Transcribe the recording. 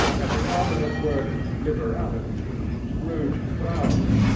at the ominous word liberality scrooge frowned,